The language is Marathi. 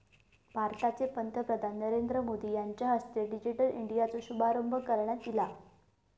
भारताचे पंतप्रधान नरेंद्र मोदी यांच्या हस्ते डिजिटल इंडियाचो शुभारंभ करण्यात ईला